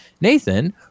Nathan